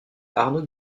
arnaud